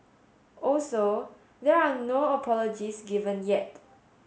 also there are no apologies given yet